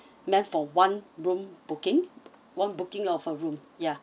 make for one room booking one booking of a room ya